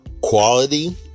quality